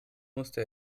musste